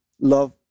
love